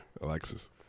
Alexis